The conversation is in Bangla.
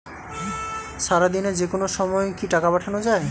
সারাদিনে যেকোনো সময় কি টাকা পাঠানো য়ায়?